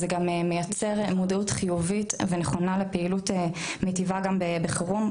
זה גם מייצר מודעות חיובית ונכונה לפעילות מיטיבה גם בחירום,